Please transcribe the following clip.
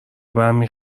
برمی